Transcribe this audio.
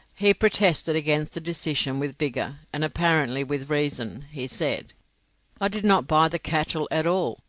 he protested against the decision with vigour, and apparently with reason. he said i did not buy the cattle at all.